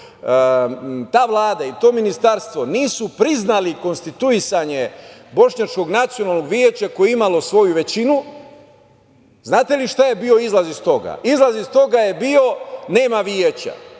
ta vlada i to ministarstvo nisu priznali konstituisanje Bošnjačkog nacionalnog veća koje je imalo svoju većinu, znate li šta je bio izlaz iz toga? Izlaz iz toga je bio da nema veća.